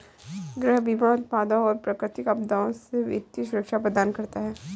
गृह बीमा आपदाओं और प्राकृतिक आपदाओं से वित्तीय सुरक्षा प्रदान करता है